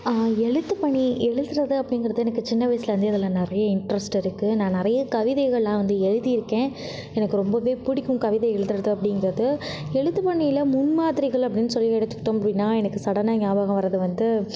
எழுத்துப் பணி எழுதுவது அப்படிங்கறது எனக்கு சின்ன வயசுலேருந்தே இதில் நிறைய இன்ட்ரஸ்ட் இருக்கு நான் நிறைய கவிதைகள்லாம் வந்து எழுதியிருக்கேன் எனக்கு ரொம்பவே பிடிக்கும் கவிதை எழுதுவது அப்படிங்கறது எழுத்துப் பணியில் முன்மாதிரிகள் அப்படின்னு சொல்லி எடுத்துக்கிட்டோம் அப்படினா எனக்கு சடனாக ஞாபகத்துக்கு வர்றது வந்து